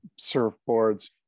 surfboards